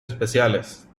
especiales